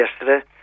yesterday